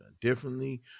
differently